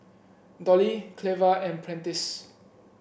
Dollye Cleva and Prentice